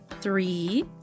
Three